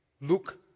look